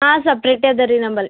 ಹಾಂ ಸಪ್ರೇಟೆ ಅದ ರೀ ನಂಬಲ್ಲಿ